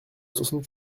soixante